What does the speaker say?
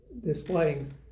displaying